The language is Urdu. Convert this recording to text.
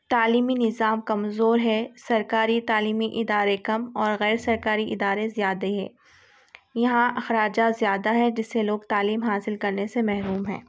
تعلیمی نظام کمزور ہے سرکاری تعلیمی ادارے کم اور غیر سرکاری ادارے زیادہ ہے یہاں اخراجات زیادہ ہیں جس سے لوگ تعلیم حاصل کرنے سے محروم ہیں